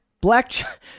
Black